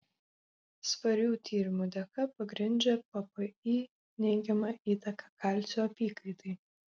svarių tyrimų dėka pagrindžia ppi neigiamą įtaką kalcio apykaitai